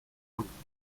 politica